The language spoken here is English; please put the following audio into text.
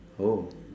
oh